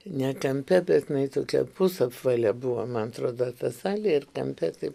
ne kampe bet jinai tokia pusapvalė buvo man atrodo ta salė ir kampe taip